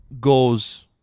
goes